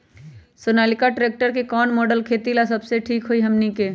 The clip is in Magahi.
सोनालिका ट्रेक्टर के कौन मॉडल खेती ला सबसे ठीक होई हमने की?